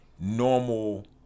normal